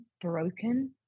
broken